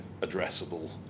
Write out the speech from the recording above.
addressable